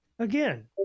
Again